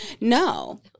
No